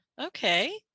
okay